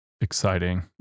exciting